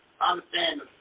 understand